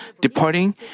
departing